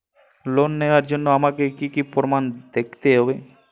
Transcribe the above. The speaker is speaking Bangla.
লোন নেওয়ার জন্য আমাকে কী কী প্রমাণ দেখতে হবে?